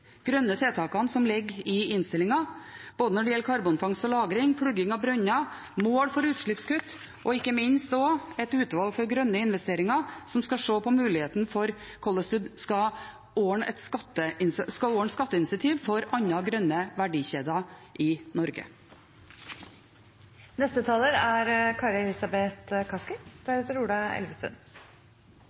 grønne tiltakene som ligger i innstillingen, når det gjelder både karbonfangst og -lagring, plugging av brønner, mål for utslippskutt og ikke minst et utvalg for grønne investeringer som skal se på muligheten for hvordan en skal ordne skatteinsentiver for andre grønne verdikjeder i Norge. De forslagene som flertallet står bak i dag, er